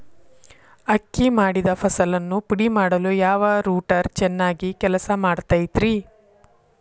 ಅಕ್ಕಿ ಮಾಡಿದ ಫಸಲನ್ನು ಪುಡಿಮಾಡಲು ಯಾವ ರೂಟರ್ ಚೆನ್ನಾಗಿ ಕೆಲಸ ಮಾಡತೈತ್ರಿ?